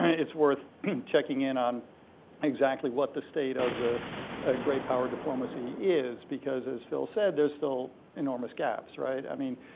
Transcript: its worth checking in on exactly what the state of the great power diplomacy is because, as phil said, theres still enormous gaps, right? i mean,